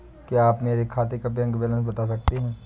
क्या आप मेरे खाते का बैलेंस बता सकते हैं?